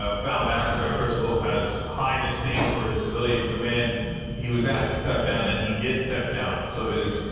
ah found out the microsoft has high disdain for a civilian command he was asked to step down and he did set down so is